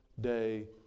day